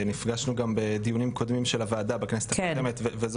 נפגשנו גם בדיונים קודמים של הוועדה בכנסת הקודמת וזו